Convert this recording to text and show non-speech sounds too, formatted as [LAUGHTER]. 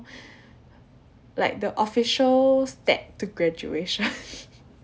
like the official step to graduation [LAUGHS]